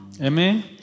Amen